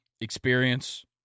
experience